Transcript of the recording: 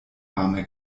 arme